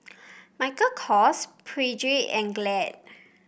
Michael Kors Peugeot and Glade